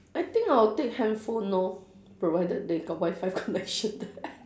I think I'll take handphone lor provided they got wi-fi connection there